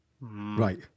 right